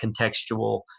contextual